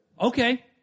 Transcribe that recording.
Okay